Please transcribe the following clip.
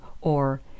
or